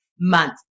month